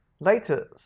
Later